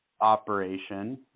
operation